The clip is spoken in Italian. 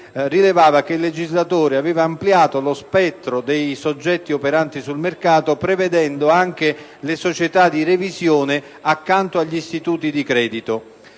rilevava che il legislatore aveva ampliato lo spettro dei soggetti operanti sul mercato, prevedendo anche le società di revisione accanto agli istituti di credito.